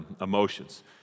emotions